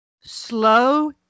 Slow